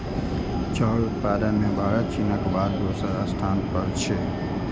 चाउर उत्पादन मे भारत चीनक बाद दोसर स्थान पर छै